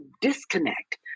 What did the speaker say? disconnect